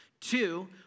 Two